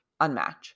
Unmatch